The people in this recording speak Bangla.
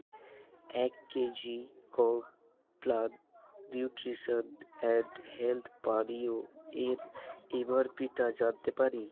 এক KG Complan nutrition and health পানীয় এর এমআরপিটা জানতে পারি